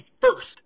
first